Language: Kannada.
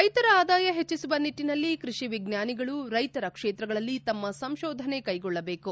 ರೈತರ ಆದಾಯ ಹೆಚ್ಚಿಸುವ ನಿಟ್ಟಿನಲ್ಲಿ ಕೃಷಿ ವಿಜ್ಞಾನಿಗಳು ರೈತರ ಕ್ಷೇತ್ರಗಳಲ್ಲಿ ತಮ್ಮ ಸಂಶೋಧನೆ ಕೈಗೊಳ್ಳಬೇಕು